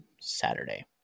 Saturday